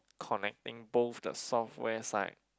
collecting both the software side